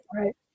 Right